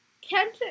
Kent